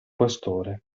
questore